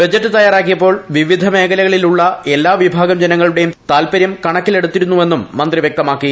budget തയ്യാറാക്കിയപ്പോൾ എല്ലാ മേഖലകളിലായുമുള്ള എല്ലാ വിഭാഗം ജനങ്ങളുടെയും താത്പര്യം കണക്കിലെടുത്തിരുന്നുവെന്നും മന്ത്രി വൃക്തമാക്കി